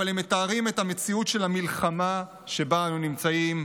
אבל הם מתארים את המציאות של המלחמה שבה אנו נמצאים,